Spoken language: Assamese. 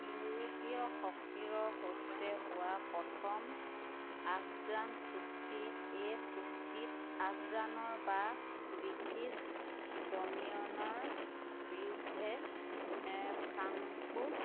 ইউৰোপীয় শক্তিৰ সৈতে হোৱা প্ৰথম আফগান চুক্তি এই চুক্তিত আফগানৰ বা ব্ৰিটিছ ডমিনিয়নৰ বিৰুদ্ধে ফ্ৰাংকো